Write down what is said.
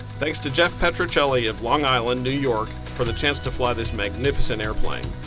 thanks to jeff petrocelli of long island new york for the chance to fly this magnificent airplane.